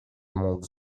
monde